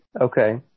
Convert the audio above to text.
Okay